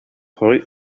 rue